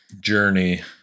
journey